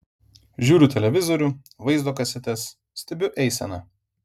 žiūriu televizorių vaizdo kasetes stebiu eiseną